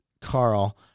Carl